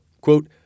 Quote